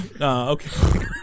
Okay